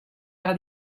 era